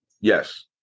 yes